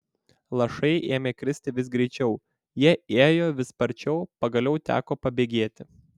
lašai ėmė kristi vis greičiau jie ėjo vis sparčiau pagaliau teko pabėgėti